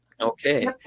Okay